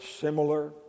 similar